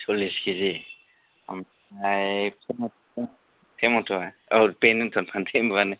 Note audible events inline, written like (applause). सल्लिस किजि ओमफ्राय (unintelligible) टेमेट'आ औ बेनोथ' फान्थाव एम्बुयानो